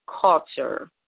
culture